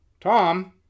Tom